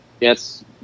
yes